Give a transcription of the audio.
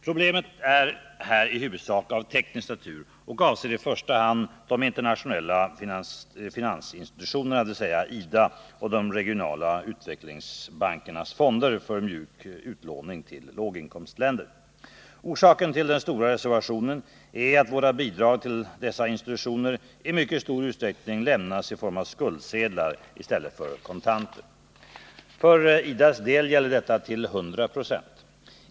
Problemet är här i huvudsak av teknisk natur och avser i första hand de internationella finansinstitutionerna, dvs. IDA och de regionala utvecklingsbankernas fonder för mjuk utlåning till låginkomstländer. Orsaken till den stora reservationen är att våra bidrag till dessa institutioner i mycket stor utsträckning lämnas i form av skuldsedlar i stället för kontanter. För IDA:s del gäller detta till 100 36.